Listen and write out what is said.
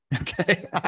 Okay